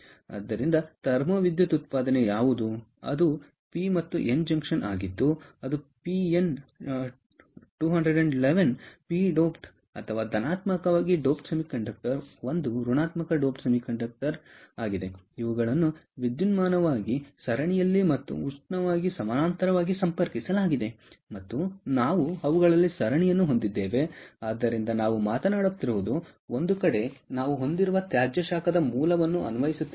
ಆದ್ದರಿಂದ ಥರ್ಮೋ ವಿದ್ಯುತ್ ಉತ್ಪಾದನೆ ಯಾವುದು ಅದು ಪಿ ಮತ್ತು ಎನ್ ಜಂಕ್ಷನ್ ಆಗಿದ್ದು ಅದು ಪಿಎನ್ 211 ಪಿ ಡೋಪ್ಡ್ ಅಥವಾ ಧನಾತ್ಮಕವಾಗಿ ಡೋಪ್ಡ್ ಸೆಮಿಕಂಡಕ್ಟರ್ 1 ಋಣಾತ್ಮಕ ಡೋಪ್ಡ್ ಸೆಮಿಕಂಡಕ್ಟರ್ ಆಗಿದೆ ಇವುಗಳನ್ನು ವಿದ್ಯುನ್ಮಾನವಾಗಿ ಸರಣಿಯಲ್ಲಿ ಮತ್ತು ಉಷ್ಣವಾಗಿ ಸಮಾನಾಂತರವಾಗಿ ಸಂಪರ್ಕಿಸಲಾಗಿದೆ ಮತ್ತು ನಾವು ಅವುಗಳಲ್ಲಿ ಸರಣಿಯನ್ನು ಹೊಂದಿದ್ದೇವೆ ಆದ್ದರಿಂದ ನಾವು ಮಾಡುತ್ತಿರುವುದು ಒಂದು ಕಡೆ ನಾವು ಹೊಂದಿರುವ ತ್ಯಾಜ್ಯ ಶಾಖದ ಮೂಲವನ್ನು ಅನ್ವಯಿಸುತ್ತೇವೆ